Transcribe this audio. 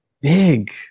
big